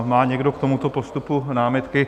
Má někdo k tomuto postupu námitky?